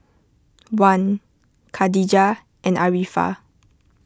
Wan Khadija and Arifa